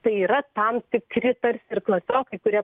tai yra tam tikri tarsi ir klasiokai kurie